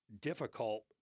difficult